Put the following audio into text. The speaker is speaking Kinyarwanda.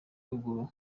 ruguru